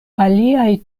aliaj